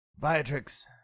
Viatrix